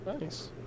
Nice